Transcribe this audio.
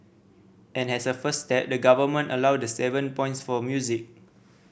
and as a first step the Government allowed the seven points for music